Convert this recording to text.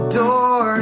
door